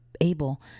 able